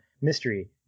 mystery